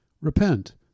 Repent